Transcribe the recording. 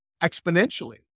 exponentially